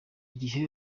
gihe